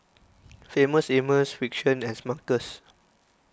Famous Amos Frixion and Smuckers